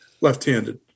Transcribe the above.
left-handed